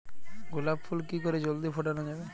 গোলাপ ফুল কি করে জলদি ফোটানো যাবে?